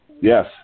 yes